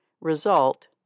Result